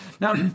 Now